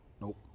Nope